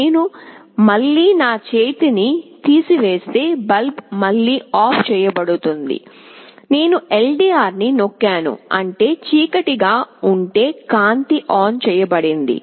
నేను మళ్ళీ నా చేతిని తీసివేస్తాను బల్బ్ మళ్ళీ ఆఫ్ చేయబడింది నేను LDR ని నొక్కాను అంటే చీకటి గా ఉంటే కాంతి ఆన్ చేయబడింది